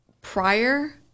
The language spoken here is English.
prior